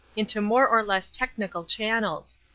into more or less technical channels.